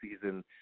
season